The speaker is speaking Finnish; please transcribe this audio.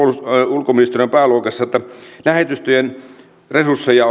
ulkoministeriön pääluokassa että vaikka lähetystöjen resursseja